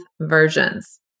versions